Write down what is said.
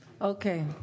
Okay